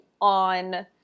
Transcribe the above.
on